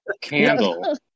candle